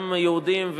גם יהודים,